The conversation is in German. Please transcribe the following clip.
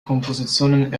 kompositionen